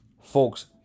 folks